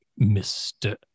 Mr